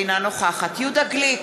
אינה נוכחת יהודה גליק,